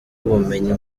ubumenyi